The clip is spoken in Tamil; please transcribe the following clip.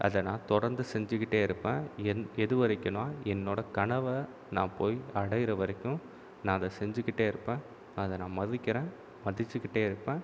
அதை நான் தொடந்து செஞ்சுக்கிட்டே இருப்பேன் எது எதுவரைக்கும்னா என்னோடய கனவை நான் போய் அடைகிற வரைக்கும் நான் அதை செஞ்சுக்கிட்டே இருப்பேன் அதை நான் மதிக்கிறேன் மதிச்சுக்கிட்டே இருப்பேன்